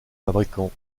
fabricants